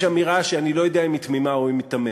יש אמירה שאני לא יודע אם היא תמימה או היא מיתממת.